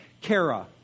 Kara